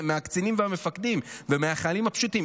מהקצינים ומהמפקדים ומהחיילים הפשוטים.